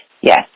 Yes